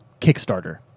Kickstarter